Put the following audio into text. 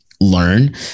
learn